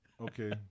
okay